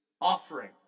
offering